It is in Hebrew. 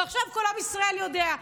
ועכשיו כל עם ישראל יודע.